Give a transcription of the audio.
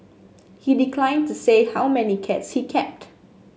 he declined to say how many cats he kept